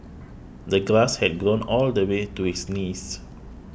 the grass had grown all the way to his knees